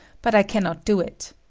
but i cannot do it